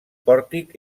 pòrtic